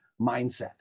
mindset